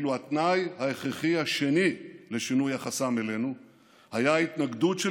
ואילו התנאי ההכרחי השני לשינוי החסם אלינו היה ההתנגדות של